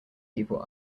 people